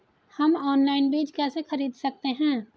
हम ऑनलाइन बीज कैसे खरीद सकते हैं?